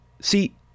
See